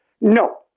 No